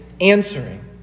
answering